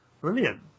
Brilliant